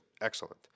Excellent